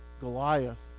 Goliath